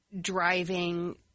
driving